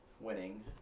winning